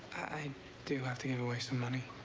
i do have to give away some money.